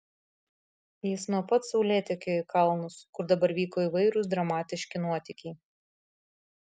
jis nuo pat saulėtekio ėjo į kalnus kur dabar vyko įvairūs dramatiški nuotykiai